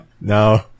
No